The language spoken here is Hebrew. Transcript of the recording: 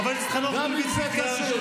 חבר הכנסת חנוך מלביצקי, קריאה ראשונה.